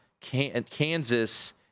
Kansas